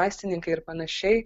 vaistininkai ir panašiai